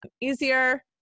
easier